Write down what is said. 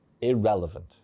irrelevant